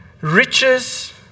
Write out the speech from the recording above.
riches